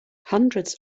hundreds